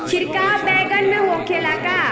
छिड़काव बैगन में होखे ला का?